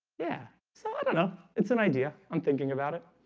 yeah, so i don't know it's an idea i'm thinking about it